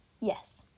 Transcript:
Yes